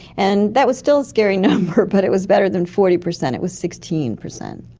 and that was still a scary number but it was better than forty percent, it was sixteen percent.